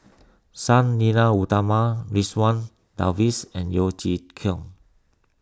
Sang Nila Utama Ridzwan and Yeo Chee Kiong